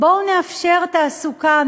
בואו נאפשר תעסוקה,